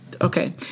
okay